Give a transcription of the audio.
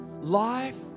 Life